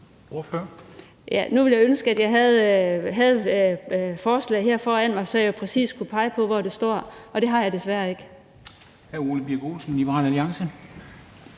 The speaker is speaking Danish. Nu ville jeg ønske, at jeg havde forslaget her foran mig, så jeg præcis kunne pege på, hvor det står, men det har jeg desværre ikke.